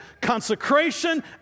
consecration